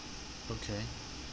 okay